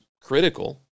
critical